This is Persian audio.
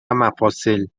مفاصل